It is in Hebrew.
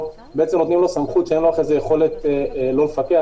בעצם נותנים לו סמכות שאין לו אחרי זה יכולת לא לפקח,